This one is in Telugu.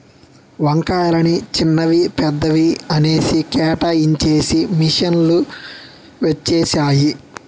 వంకాయలని చిన్నవి పెద్దవి అనేసి కేటాయించేసి మిషన్ లు వచ్చేసాయి